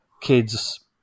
kids